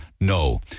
No